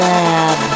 Lab